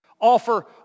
offer